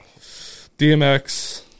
DMX